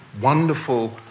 wonderful